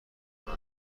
قران